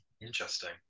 Interesting